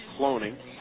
cloning